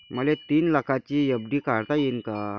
मले तीन लाखाची एफ.डी काढता येईन का?